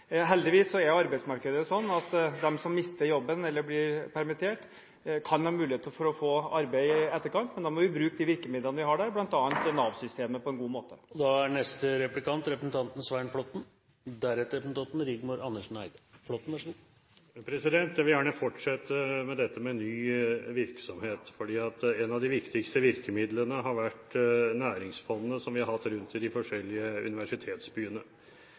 Heldigvis er arbeidsmarkedet sånn at de som mister jobben, eller blir permittert, kan ha mulighet for å få arbeid i etterkant, men da må vi bruke de virkemidlene vi har – bl.a. Nav-systemet – på en god måte. Svein Flåtten – til oppfølgingsspørsmål. Jeg vil gjerne fortsette med dette med ny virksomhet, for ett av de viktigste virkemidlene har vært næringsfondene som vi har hatt rundt i de forskjellige universitetsbyene.